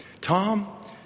Tom